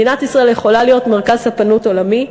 מדינת ישראל יכולה להיות מרכז ספנות עולמי.